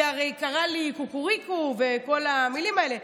היא הרי קראה לי "קוקוריקו" וכל המילים האלה,